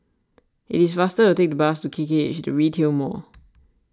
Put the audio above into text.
it is faster to take the bus to K K H the Retail Mall